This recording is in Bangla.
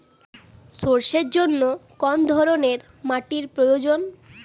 সরষের জন্য কোন ধরনের মাটির প্রয়োজন?